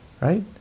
right